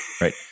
Right